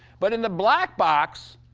but in the black box,